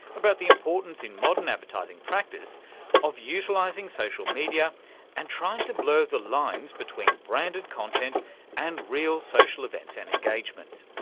about the importance in modern advertising practice of utilising social media and trying to blur the lines between branded content and real social events and engagement.